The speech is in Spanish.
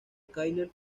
kyle